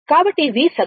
కాబట్టి V సగటు